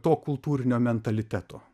to kultūrinio mentaliteto